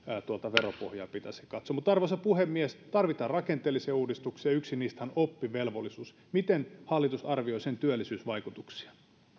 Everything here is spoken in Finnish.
veropohjaa arvoisa puhemies tarvitaan rakenteellisia uudistuksia yksi niistä on oppivelvollisuus miten hallitus arvioi sen työllisyysvaikutuksia